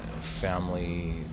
family